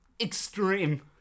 extreme